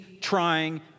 trying